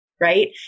right